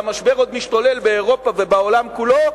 כשהמשבר עוד משתולל באירופה ובעולם כולו,